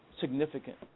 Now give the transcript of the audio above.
significant